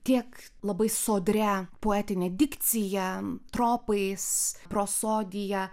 tiek labai sodria poetinė dikcija jam tropais prozodija